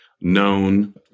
known